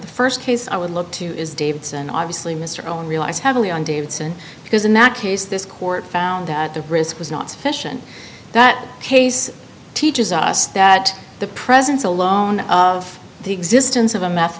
the st case i would look to is davidson obviously mr owen relies heavily on davidson because in that case this court found that the risk was not sufficient that case teaches us that the presence alone of the existence of a meth